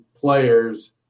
players